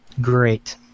Great